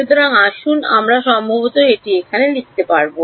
সুতরাং আসুন আমরা সম্ভবত এটি এখানে লিখতে হবে